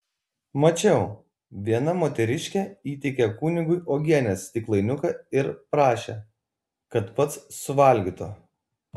mačiau viena moteriškė įteikė kunigui uogienės stiklainiuką ir prašė kad pats suvalgytų